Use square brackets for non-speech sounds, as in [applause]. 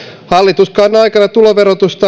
hallituskauden aikana tuloverotusta [unintelligible]